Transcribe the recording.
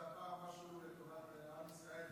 משהו לטובת עם ישראל,